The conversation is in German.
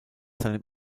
seinem